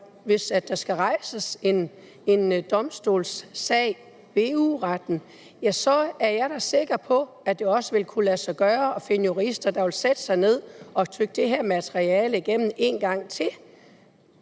Hvis der skal rejses en sag ved EU-Domstolen, er jeg da sikker på, at det også vil kunne lade sig gøre at finde jurister, der vil sætte sig ned og tygge det her materiale igennem en gang til